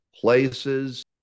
places